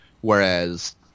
whereas